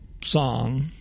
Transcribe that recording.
song